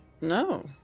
No